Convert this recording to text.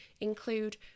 include